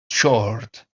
short